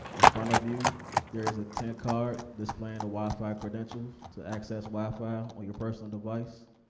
in front of you there's a card displaying the wi-fi credentials to access wi-fi on your personal device.